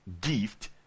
gift